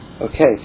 Okay